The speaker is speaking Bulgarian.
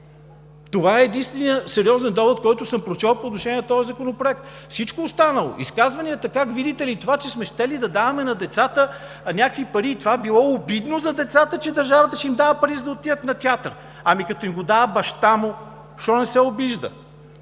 Това е единственият сериозен довод, който съм прочел по отношение на този законопроект. Всичко останало, изказванията – как, видите ли, това, че сме щели да даваме на децата някакви пари и това било обидно за децата, че държавата ще им дава пари, за да отидат на театър. А като му го дава баща му, защо не се обижда?